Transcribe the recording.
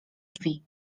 drzwi